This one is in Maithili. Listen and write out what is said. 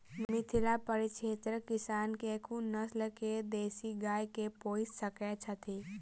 मिथिला परिक्षेत्रक किसान केँ कुन नस्ल केँ देसी गाय केँ पोइस सकैत छैथि?